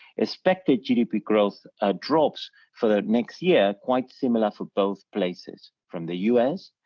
expected gdp growth ah drops for the next year quite similar for both places, from the u s,